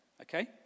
okay